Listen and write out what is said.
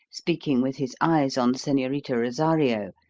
speaking with his eyes on senorita rosario,